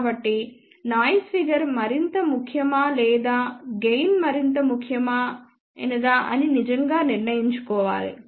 కాబట్టి noise figure మరింత ముఖ్యమా లేదా గెయిన్ మరింత ముఖ్యమైనదా అని నిజంగా నిర్ణయించుకోవాలి